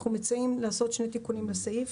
אנחנו מציעים לעשות שני תיקונים בסעיף.